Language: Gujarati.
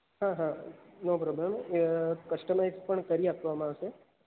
હા હા નો પ્રોબ્લમ કસ્ટમાઈજડ પણ કરી આપવામાં આવશે